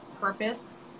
purpose